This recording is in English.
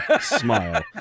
Smile